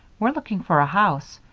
we're looking for a house.